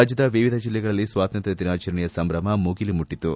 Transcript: ರಾಜ್ಯದ ವಿವಿಧ ಜಿಲ್ಲೆಗಳಲ್ಲಿ ಸ್ವಾತಂತ್ರ್ಯ ದಿನಾಚರಣೆಯ ಸಂಭ್ರಮ ಮುಗಿಲು ಮುಟ್ಟತು